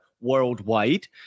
worldwide